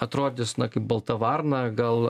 atrodys kaip balta varna gal